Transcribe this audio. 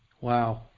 Wow